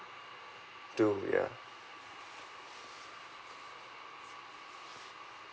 do ya